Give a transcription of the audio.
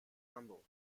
humble